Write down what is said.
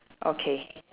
okay